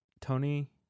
Tony